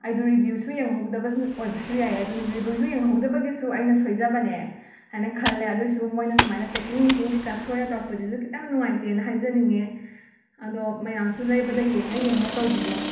ꯑꯩꯗꯣ ꯔꯤꯕ꯭ꯌꯨꯁꯨ ꯌꯦꯡꯍꯧꯗꯕꯁꯨ ꯑꯣꯏꯕꯁꯨ ꯌꯥꯏꯌꯦ ꯑꯗꯨꯅ ꯔꯤꯕ꯭ꯌꯨꯁꯨ ꯌꯦꯡꯍꯧꯗꯕꯒꯤꯁꯨ ꯑꯩꯅ ꯁꯣꯏꯖꯕꯅꯦ ꯍꯥꯏꯅ ꯈꯜꯂꯦ ꯑꯗꯨꯏꯁꯨ ꯃꯣꯏꯅ ꯁꯨꯃꯥꯏꯅ ꯄꯦꯀꯤꯡ ꯅꯨꯡꯀꯤꯡ ꯀꯩ ꯀꯥ ꯁꯣꯏꯅ ꯇꯧꯔꯛꯄꯁꯤꯁꯨ ꯈꯤꯇꯪ ꯅꯨꯉꯥꯏꯇꯦꯅ ꯍꯥꯏꯖꯅꯤꯡꯉꯦ ꯑꯗꯣ ꯃꯌꯥꯝꯁꯨ ꯂꯩꯕꯗ ꯌꯦꯡꯉ ꯌꯦꯡꯉ ꯇꯧꯕꯤꯌꯣ